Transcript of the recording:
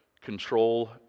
Control